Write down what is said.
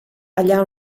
allà